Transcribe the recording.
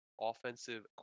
offensive